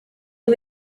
ubu